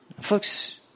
Folks